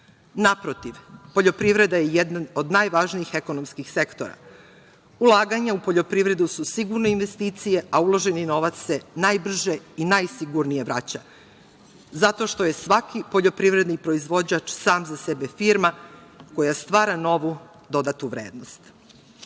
Naprotiv, poljoprivreda je jedan od najvažnijih ekonomskih sektora. Ulaganja u poljoprivredu su sigurna investicija, a uloženi novac se najbrže i najsigurnije vraća zato što je svaki poljoprivredni proizvođač sam za sebe firma koja stvara novu dodatu vrednost. Ove